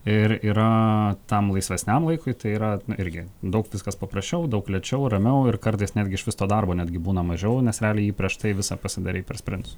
ir yra tam laisvesniam laikui tai yra irgi daug viskas paprasčiau daug lėčiau ramiau ir kartais netgi iš vis to darbo netgi būna mažiau nes realiai jį prieš tai visą pasidarei per sprintus